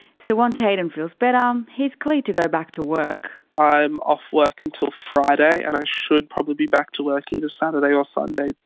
so once hayden feels better, but um he's cleared to go back to work. i'm off work until friday. and i should probably be back to work either saturday or sunday.